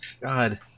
god